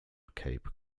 cape